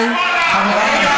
אבל, תשאלי את,